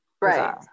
Right